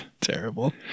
Terrible